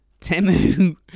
Temu